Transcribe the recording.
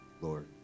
lord